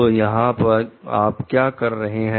तो यहां पर आप क्या कर रहे हैं